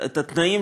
את התנאים